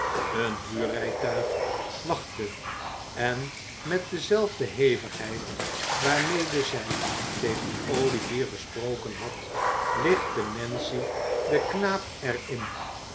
een huurrijtuig wachtte en met dezelfde hevigheid waarmede zij tegen olivier gesproken had lichtte nancy den knaap er